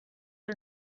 are